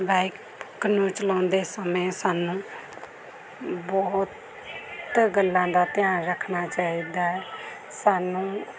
bike ਨੂੰ ਚਲਾਉਂਦੇ ਸਮੇਂ ਸਾਨੂੰ ਬਹੁਤ ਗੱਲਾਂ ਦਾ ਧਿਆਨ ਰੱਖਣਾ ਚਾਹੀਦਾ ਸਾਨੂੰ